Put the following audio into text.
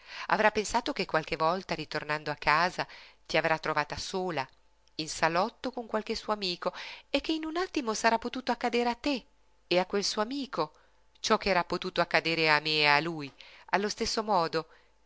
avrà pensato che qualche volta ritornando a casa ti avrà trovata sola in salotto con qualche suo amico e che in un attimo sarà potuto accadere a te e a quel suo amico ciò ch'era potuto accadere a me e a lui allo stesso modo